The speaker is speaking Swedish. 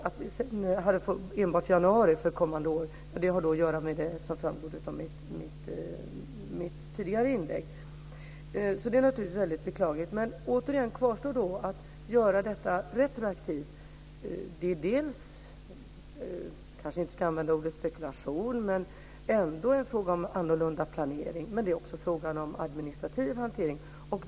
Att det sedan var enbart januari för kommande år hänger samman med det som framgår av mitt tidigare inlägg. Det är naturligtvis beklagligt. Återigen kvarstår dock frågan om att göra detta retroaktivt. Det är dels, jag kanske inte ska använda ordet spekulation, en fråga om annorlunda planering, dels är det fråga om administrativ hantering.